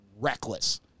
reckless